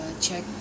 Check